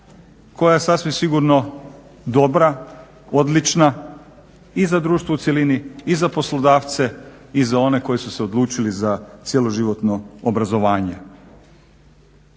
koja je sasvim sigurno dobra, odlična i za društvo u cjelini i za poslodavce i za one koji su se odlučili za cjeloživotno obrazovanje.